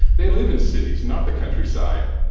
they live in cities, not the countryside.